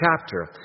chapter